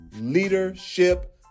Leadership